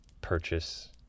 purchase